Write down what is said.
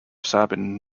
sabin